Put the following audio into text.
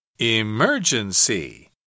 Emergency